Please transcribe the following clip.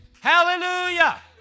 Hallelujah